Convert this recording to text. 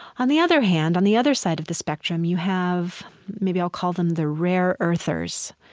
on the other hand, on the other side of the spectrum, you have maybe i'll call them the rare earthers.